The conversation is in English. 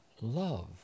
love